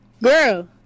Girl